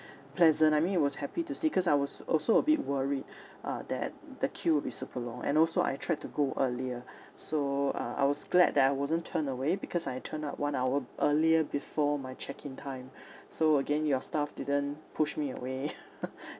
pleasant I mean it was happy to see cause I was also a bit worried uh that the queue will be super long and also I tried to go earlier so uh I was glad that I wasn't turned away because I turned up one hour earlier before my check in time so again your staff didn't push me away